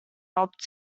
helped